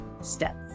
Steps